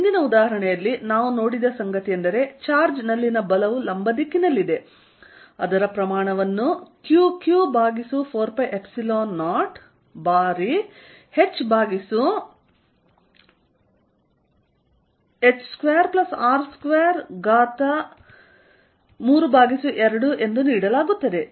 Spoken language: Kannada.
ಹಿಂದಿನ ಉದಾಹರಣೆಯಲ್ಲಿ ನಾವು ನೋಡಿದ ಸಂಗತಿಯೆಂದರೆ ಚಾರ್ಜ್ನಲ್ಲಿನ ಬಲವು ಲಂಬ ದಿಕ್ಕಿನಲ್ಲಿದೆ ಅದರ ಪ್ರಮಾಣವನ್ನು Qq ಭಾಗಿಸು 4π0 ಬಾರಿ h ಭಾಗಿಸು over h2R232 ಗೆ ನೀಡಲಾಗುತ್ತದೆ